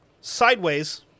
sideways